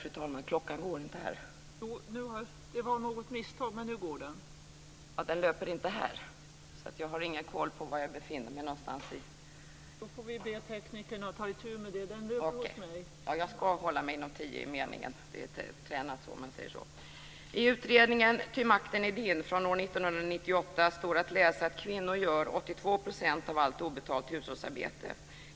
I utredningen Ty makten är din från år 1998 står att läsa att kvinnor gör 82 % av allt obetalt hushållsarbete.